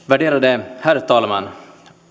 värderade herr talman